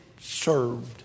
served